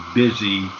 busy